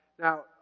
Now